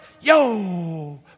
Yo